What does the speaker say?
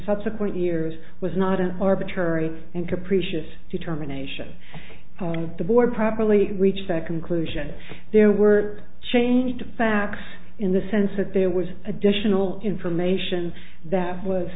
subsequent years was not an arbitrary and capricious determination the board properly reached that conclusion there were changed to facts in the sense that there was additional information that was